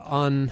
on